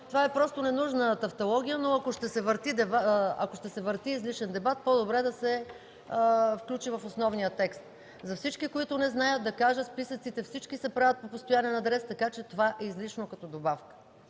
Това е ненужна тафтология, но ако ще се върти излишен дебат, по-добре да се включи в основния текст. За всички, които не знаят, да кажа: списъците – всички, се правят по постоянен адрес, така че това е излишно като добавка.